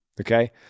Okay